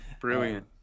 brilliant